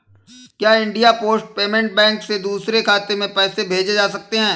क्या India post payment bank से दूसरे खाते में पैसे भेजे जा सकते हैं?